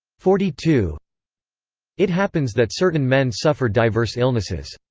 forty two it happens that certain men suffer diverse illnesses.